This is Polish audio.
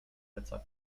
pleców